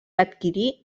adquirir